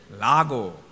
Lago